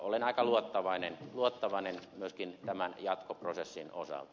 olen aika luottavainen myöskin tämän jatkoprosessin osalta